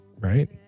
right